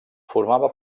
formava